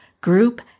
group